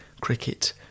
cricket